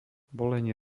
bolenie